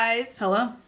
Hello